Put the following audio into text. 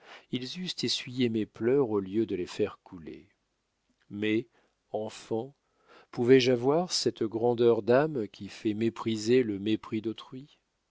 ils eussent essuyé mes pleurs au lieu de les faire couler mais enfant pouvais-je avoir cette grandeur d'âme qui fait mépriser le mépris d'autrui